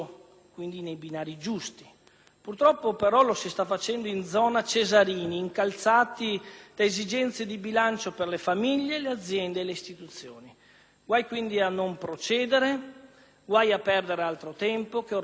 Purtroppo, però, lo si sta facendo in zona Cesarini, incalzati da esigenze di bilancio per le famiglie, le aziende, le istituzioni. Guai quindi a non procedere, a perdere altro tempo, che ormai non c'è più.